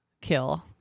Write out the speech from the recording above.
kill